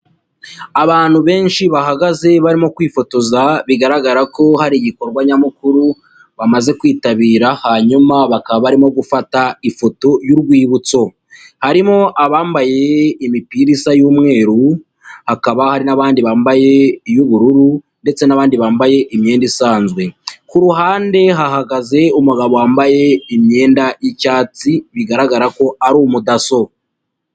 Abantu benshi bahagaze barimo kwifotoza bigaragara ko hari igikorwa nyamukuru bamaze kwitabira hanyuma bakaba barimo gufata ifoto y'urwibutso, harimo abambaye imipirisa y'umweru hakaba hari n'abandi bambaye iy'ubururu ndetse n'abandi bambaye imyenda isanzwe, kuru ruhande hahagaze umugabo wambaye imyenda y'icyatsi bigaragara ko ari umudaso.